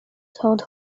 towed